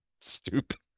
stupid